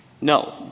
No